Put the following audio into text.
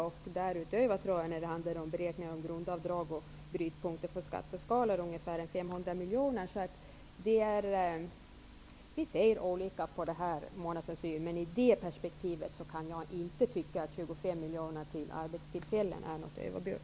Det handlade därutöver om ca 500 miljoner kronor vid beräkning av grundavdrag och brytpunker på skatteskalan. Vi ser olika på detta, Mona Saint Cyr. Men i detta perspektiv kan jag inte tycka att 25 miljoner kronor till arbetstillfällen är något överbud.